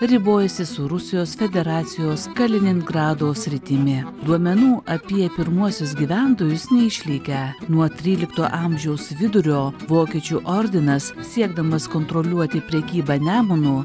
ribojasi su rusijos federacijos kaliningrado sritimi duomenų apie pirmuosius gyventojus neišlikę nuo trylikto amžiaus vidurio vokiečių ordinas siekdamas kontroliuoti prekybą nemunu